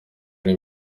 ari